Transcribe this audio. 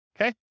okay